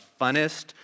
funnest